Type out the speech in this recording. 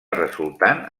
resultant